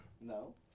No